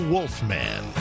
Wolfman